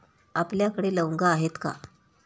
आपल्याकडे लवंगा आहेत का?